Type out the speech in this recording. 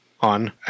on